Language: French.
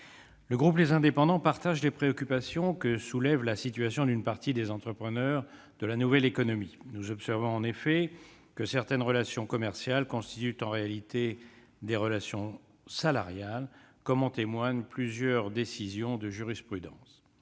Le groupe Les Indépendants partage les préoccupations que soulève la situation d'une partie des entrepreneurs de la nouvelle économie. Nous observons en effet que certaines relations commerciales constituent en réalité des relations salariales, comme en témoignent plusieurs décisions de jurisprudence.